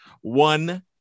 one